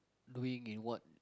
doing in what